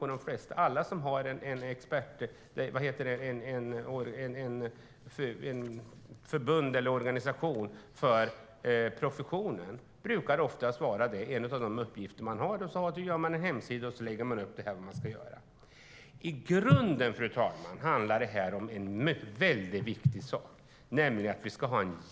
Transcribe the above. För sådana sjukdomar där det finns ett förbund eller en organisation för professionen brukar den organisationen ha en hemsida där man lägger upp material om hur man ska bedriva vården. I grunden handlar detta om att vi ska ha en jämlik vård i hela landet.